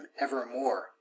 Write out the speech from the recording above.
evermore